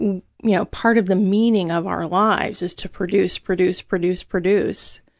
you know, part of the meaning of our lives is to produce, produce, produce, produce,